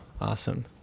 Awesome